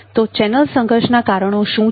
તો ચેનલ સંઘર્ષના કારણો શું છે